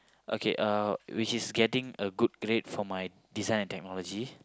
okay uh which is getting a good grade for my Design-and-Technology